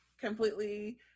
completely